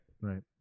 Right